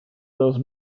those